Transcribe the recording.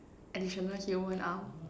additional human arm